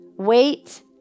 Wait